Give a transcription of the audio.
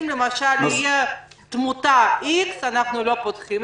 אם למשל תהיה תמותה X אנחנו לא פותחים,